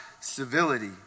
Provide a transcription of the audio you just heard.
civility